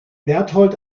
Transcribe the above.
berthold